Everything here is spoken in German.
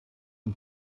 den